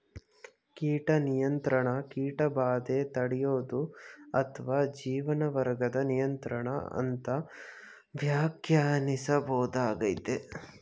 ಕೀಟ ನಿಯಂತ್ರಣ ಕೀಟಬಾಧೆ ತಡ್ಯೋದು ಅತ್ವ ಜೀವವರ್ಗದ್ ನಿಯಂತ್ರಣ ಅಂತ ವ್ಯಾಖ್ಯಾನಿಸ್ಬೋದಾಗಯ್ತೆ